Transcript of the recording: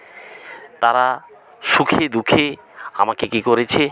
তারা সুখে দুখে আমাকে কী করেছে